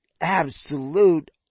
Absolute